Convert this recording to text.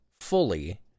fully